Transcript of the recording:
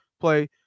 play